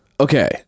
okay